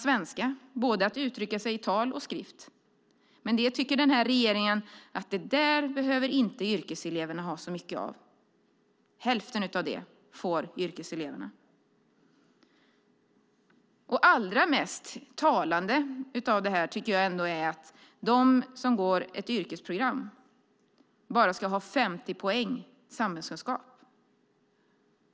Det gäller att uttrycka sig i både tal och skrift. Men det tycker regeringen att yrkeseleverna inte behöver ha så mycket av. Yrkeseleverna får bara hälften så mycket. Det allra mest talande är ändå att de som går ett yrkesprogram bara ska ha 50 poäng samhällskunskap.